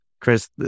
Chris